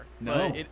No